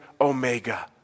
Omega